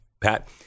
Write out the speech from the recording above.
Pat